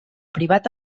privat